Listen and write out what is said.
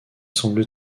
semble